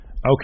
Okay